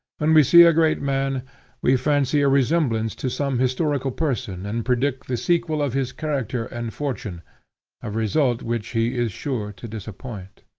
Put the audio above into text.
when we see a great man we fancy a resemblance to some historical person, and predict the sequel of his character and fortune a result which he is sure to disappoint.